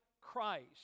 Christ